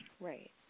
Right